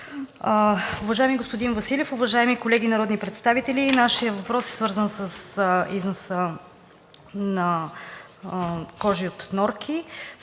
Уважаеми господин Василев, уважаеми колеги народни представители! Нашият въпрос е свързан с износа на кожи от норки.